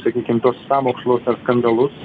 sakykim to sąmokslus ar skandalus